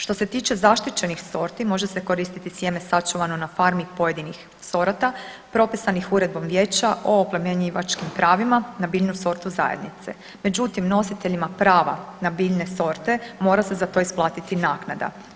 Što se tiče zaštićenih sorti, može se koristiti sjeme sačuvano na farmi pojedinih sorata, propisanih Uredbom Vijeća o oplemenjivačkim pravima na biljnu sortu zajednice, međutim, nositeljima prava na biljne sorte mora se za to isplatiti naknada.